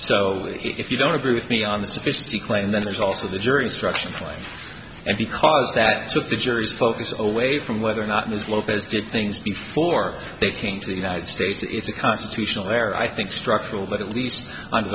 so if you don't agree with me on the sufficiency claim then there's also the jury instruction for life and because that took the jury's focus always from whether or not ms lopez did things before they came to the united states it's a constitutional there i think structural but at least